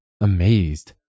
amazed